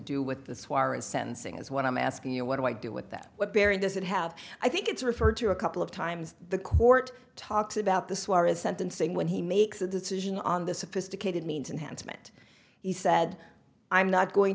do with this why aren't sentencing is what i'm asking you what do i do with that what bearing does it have i think it's referred to a couple of times the court talks about the suarez sentencing when he makes a decision on the sophisticated means announcement he said i'm not going